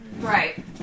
Right